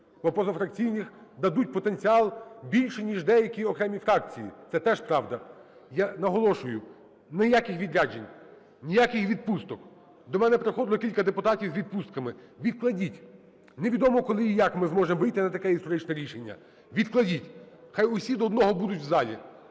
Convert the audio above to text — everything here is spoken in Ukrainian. бо позафракційні дадуть потенціал більше ніж деякі окремі фракції, це теж правда. Я наголошую: ніяких відряджень, ніяких відпусток. До мене приходило кілька депутатів з відпустками, відкладіть, невідомо коли і як ми зможемо вийти на таке історичне рішення. Відкладіть, хай усі до одного будуть в залі,